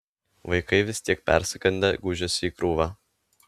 vaikai vis tiek persigandę gūžėsi į krūvą